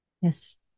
Yes